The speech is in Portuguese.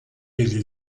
ele